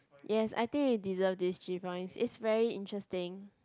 yes I think you deserve this three points it's very interesting